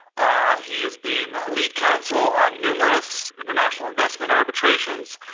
ah he has been lead counsel on numerous international investment arbitrations,